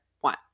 one